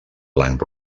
blanc